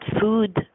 food